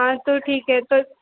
हाँ तो ठीक है तो